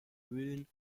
höhlen